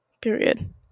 Period